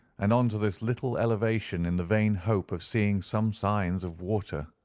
and on to this little elevation, in the vain hope of seeing some signs of water.